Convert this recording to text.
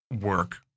work